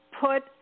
put